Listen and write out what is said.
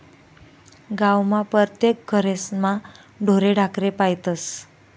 गावमा परतेक घरेस्मा ढोरे ढाकरे पायतस